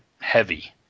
heavy